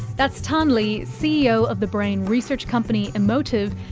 that's tan le, ceo of the brain research company emotiv,